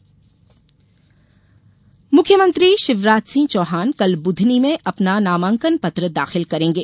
शिवराज नामांकन मुख्यमंत्री शिवराज सिंह चौहान कल बुधनी में अपना नामांकन पत्र दाखिल करेंगे